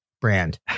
brand